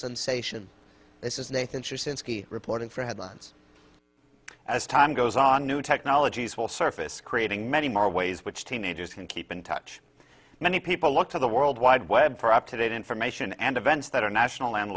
sensation this is nathan sure since reporting for headlines as time goes on new technologies will surface creating many more ways which teenagers can keep in touch many people look to the world wide web for up to date information and events that are national and